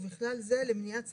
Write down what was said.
ובכלל זה למניעת סכנה,